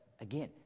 Again